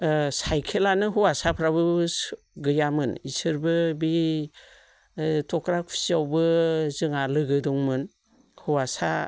साइकेलानो हौवासाफ्राबो गैयामोन बिसोरबो बे थख्लाखुसियावबो जोंहा लोगो दंमोन हौवासा